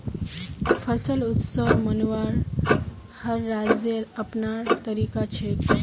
फसल उत्सव मनव्वार हर राज्येर अपनार तरीका छेक